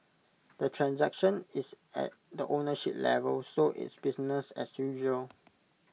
the transaction is at the ownership level so it's business as usual